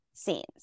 scenes